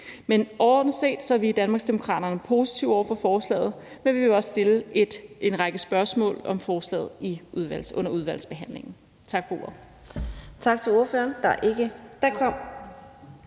Overordnet set er vi i Danmarksdemokraterne positive over for forslaget, men vi vil også stille en række spørgsmål om forslaget under udvalgsbehandlingen. Tak for ordet.